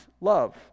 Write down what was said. love